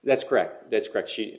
that's correct that's correct she